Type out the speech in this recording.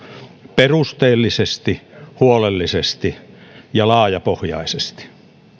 perusteellisesti huolellisesti ja laajapohjaisesti